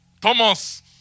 Thomas